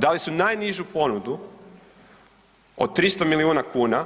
Dali su najnižu ponudu od 300 milijuna kuna